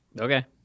Okay